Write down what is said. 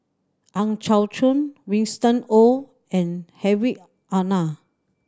Ang Chau Choon Winston Oh and Hedwig Anuar